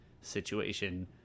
situation